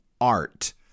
art